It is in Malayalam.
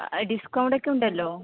ഡിസ്കൗണ്ട് ഒക്കെ ഉണ്ടല്ലോ